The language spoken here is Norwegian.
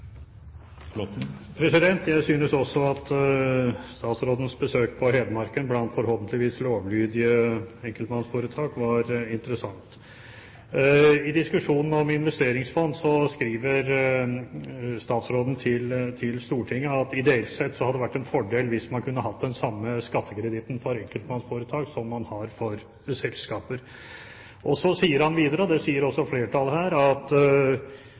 Jeg synes også at statsrådens besøk på Hedmarken blant forhåpentligvis lovlydige enkeltmannsforetak var interessant. I diskusjonen om investeringsfond skriver statsråden til Stortinget at ideelt sett hadde det vært en fordel hvis man kunne hatt den samme skattekreditten for enkeltmannsforetak som man har for selskaper. Så sier han videre – og det sier også flertallet her – at